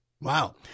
Wow